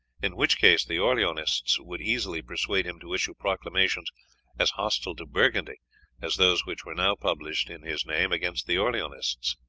in which case the orleanists would easily persuade him to issue proclamations as hostile to burgundy as those which were now published in his name against the orleanists.